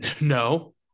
No